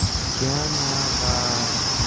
جاناوار